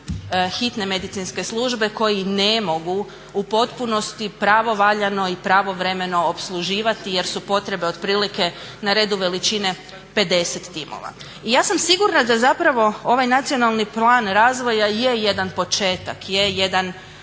hitne medicinske službe koji ne mogu u potpunosti pravovaljano i pravovremeno opsluživati jer su potrebe otprilike na redu veličine 50 timova. I ja sam sigurna da zapravo ovaj nacionalni plan razvoja je jedan početak, je jedan